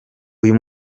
uyu